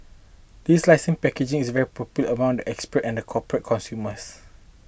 this leasing package is very popular among expatriates and corporate consumers